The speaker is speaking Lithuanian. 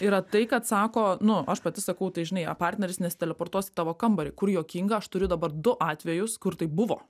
yra tai kad sako nu aš pati sakau tai žinai ar partneris nes teleportuos į tavo kambarį kur juokinga aš turiu dabar du atvejus kur tai buvo